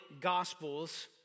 gospels